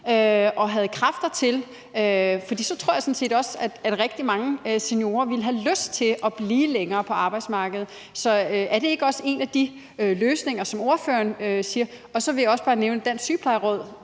og havde kræfter til, for så tror jeg sådan set også, at rigtig mange seniorer ville have lyst til at blive længere på arbejdsmarkedet. Er det ikke også en af de løsninger, som ordføreren kunne se for sig? Og så vil jeg også bare nævne, at Dansk Sygeplejeråd